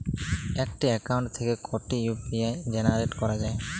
একটি অ্যাকাউন্ট থেকে কটি ইউ.পি.আই জেনারেট করা যায়?